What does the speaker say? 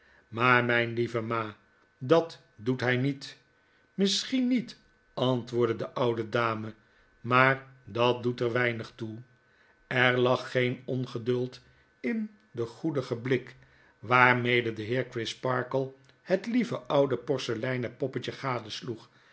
maar myn lieve ma dat doet hy niet misschien niet antwoordde de oude dame maar dat doet er weinig toe er lag geen ongeduld in den goedigen blik waarmede de heer crisparkle het lieve oude porceleinen poppetje